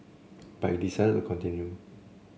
but he decided to continue